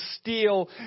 steal